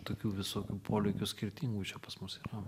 tokių visokių polėkių skirtingų čia pas mus yra